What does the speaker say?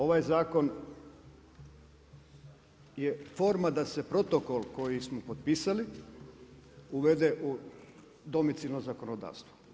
Ovaj zakon je forma da se protokol koji smo potpisali uvede u domicilno zakonodavstvo.